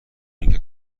اینکه